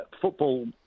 football